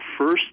first